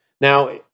Now